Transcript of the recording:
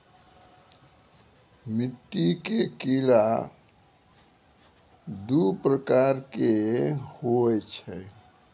मिट्टी के कीड़ा दू प्रकार के होय छै